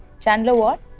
chandler what?